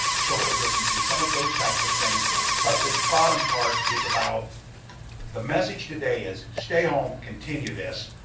social distancing. some of those types of things but this bottom part is about the message today is, stay home, continue this.